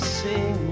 sing